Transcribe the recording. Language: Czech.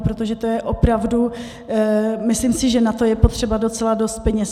Protože to je opravdu myslím si, že na to je potřeba docela dost peněz.